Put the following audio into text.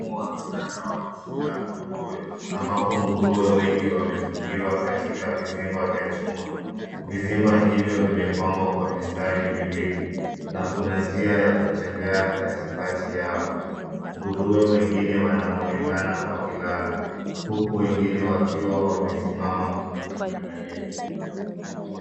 Mfumo wa kisasa wa kufuga nguruwe, ambapo nguruwe wengi wamefungiwa katika vizimba vya chuma. Vizimba hivyo vimepangwa kwa mistari miwili na kuna njia ya kutembea katikati yao. Nguruwe wengine wanaonekana wakilala, huku wengine wakiwa wamesimama wakiangalia.